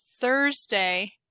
Thursday